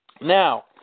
Now